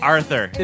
Arthur